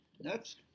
Next